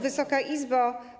Wysoka Izbo!